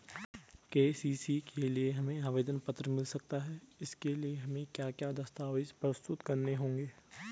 KCC के लिए हमें आवेदन पत्र मिल सकता है इसके लिए हमें क्या क्या दस्तावेज़ प्रस्तुत करने होंगे?